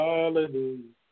Hallelujah